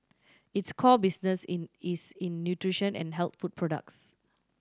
its core business in is in nutrition and health food products